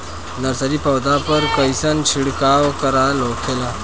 Nursery पौधा पर कइसन छिड़काव कारगर होखेला?